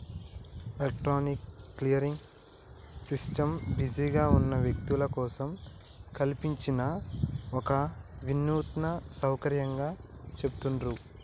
electronic clearing system బిజీగా ఉన్న వ్యక్తుల కోసం కల్పించిన ఒక వినూత్న సౌకర్యంగా చెబుతాండ్రు